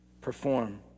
perform